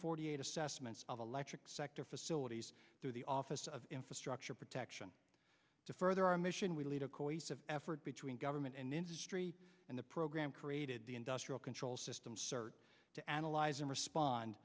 forty eight assessments of electric sector facilities through the office of infrastructure protection to further our mission we lead a cohesive effort between government and industry and the program created the industrial control systems cert to analyze and respond